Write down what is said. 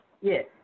Yes